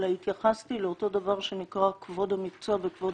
אלא התייחסתי לאותו דבר שנקרא כבוד המקצוע וכבוד